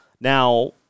Now